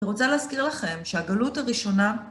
אני רוצה להזכיר לכם שהגלות הראשונה